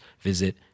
visit